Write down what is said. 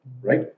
Right